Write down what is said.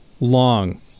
long